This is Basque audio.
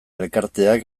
elkarteak